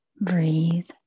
Breathe